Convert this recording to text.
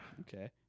Okay